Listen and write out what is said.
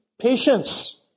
patience